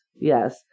Yes